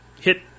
hit